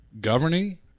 governing